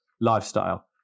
lifestyle